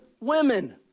women